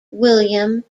william